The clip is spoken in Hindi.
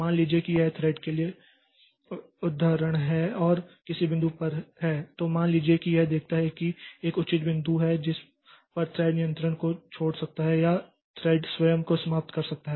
मान लीजिए कि यह थ्रेड के लिए उद्धरण है और किसी बिंदु पर है तो मान लीजिए कि यह देखता है कि यह एक उचित बिंदु है जिस पर थ्रेड नियंत्रण को छोड़ सकता है या थ्रेड स्वयं को समाप्त कर सकता है